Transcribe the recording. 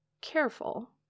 careful